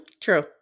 True